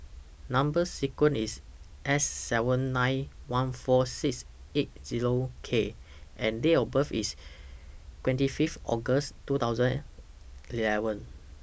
Number sequence IS S seven nine one four six eight Zero K and Date of birth IS twenty five August two thousand and eleven